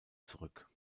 zurück